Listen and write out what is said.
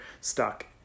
stuck